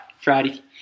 Friday